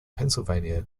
pennsylvania